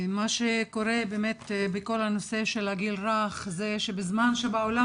מה שקורה בכל הנושא של הגיל הרך זה שבזמן שבעולם